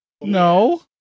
No